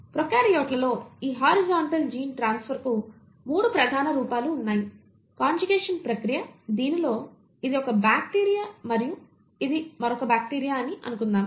ప్రొకార్యోట్లలో ఈ horizontal gene transfer కు 3 ప్రధాన రూపాలు ఉన్నాయి కాంజుగేషన్ ప్రక్రియ దీనిలో ఇది ఒక బ్యాక్టీరియా మరియు ఇది మరొక బ్యాక్టీరియా అని అనుకుందాం